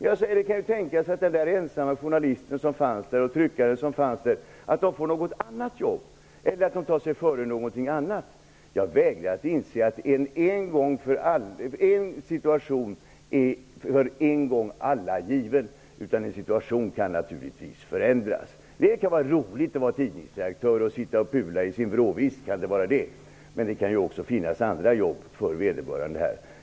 Men det kan ju tänkas att den ensamma journalisten och tryckaren som jobbade på tidningen får något annat jobb eller tar sig för någonting annat. Jag vägrar tro att en situation är given en gång för alla. Den kan naturligtvis förändras. Det kan vara roligt att vara tidningsredaktör och sitta och pula i sin vrå, men det kan också finnas andra jobb för vederbörande.